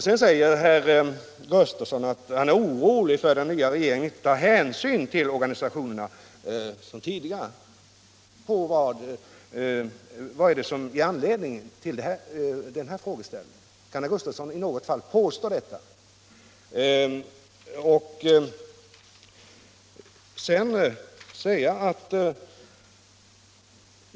Herr Gustavsson är orolig för att den nya regeringen inte tar hänsyn till organisationerna som man gjorde tidigare. Men vad är anledningen till den frågeställningen? Kan herr Gustavsson i något fall ge belägg för denna oro?